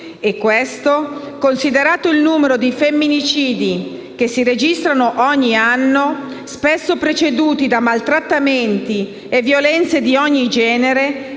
Questa, considerato il numero di femminicidi che si registrano ogni anno, spesso preceduti da maltrattamenti e violenze di ogni genere,